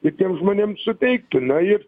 ir tiem žmonėm suteiktų na ir